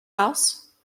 house